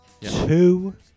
two